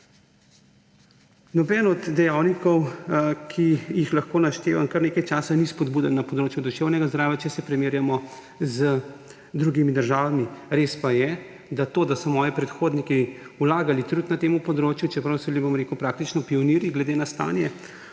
Nobeden od dejavnikov, ki jih lahko naštevam kar nekaj časa, ni spodbuden na področju duševnega zdravja, če se primerjamo z drugimi državami. Res pa je, da to, da so moji predhodniki vlagali trud na tem področju, čeprav so bili praktično pionirji glede na stanje,